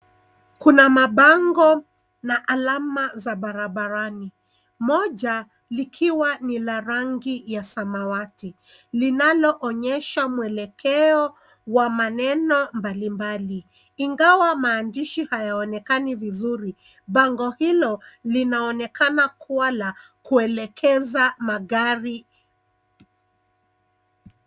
Kuna mabango na alama za barabarani. Moja likiwa ni la rangi ya samawati, linaloonyesha mwelekeo wa maneno mbalimbali. Ingawa maandishi hayaonekani vizuri, bango hilo linaonekana kuwa la kuelekeza magari.